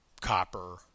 copper